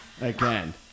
again